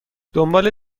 دنبال